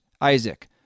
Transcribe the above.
Isaac